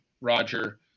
roger